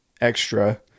extra